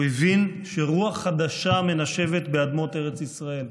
הוא הבין שרוח חדשה מנשבת באדמות ארץ ישראל.